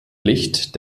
licht